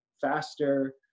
faster